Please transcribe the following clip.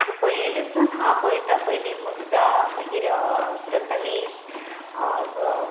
पयलीसून हांव पळयता पयली मुगदा मागीर प्रथमेश